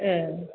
ए